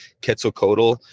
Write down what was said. Quetzalcoatl